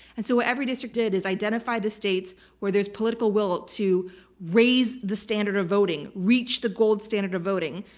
and so what everydistrict did is identify the states where there's political will to raise the standard of voting, reach the gold standard of voting.